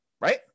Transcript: right